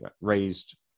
raised